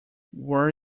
were